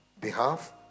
behalf